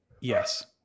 Yes